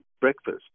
breakfast